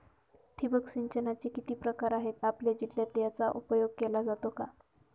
ठिबक सिंचनाचे किती प्रकार आहेत? आपल्या जिल्ह्यात याचा उपयोग केला जातो का?